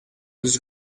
was